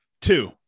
two